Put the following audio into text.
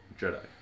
Jedi